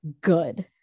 Good